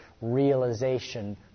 realization